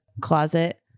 closet